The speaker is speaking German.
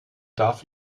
darf